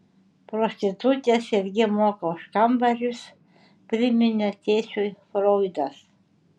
prostitutės irgi moka už kambarius priminė tėčiui froidas